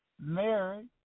married